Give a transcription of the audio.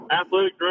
athletic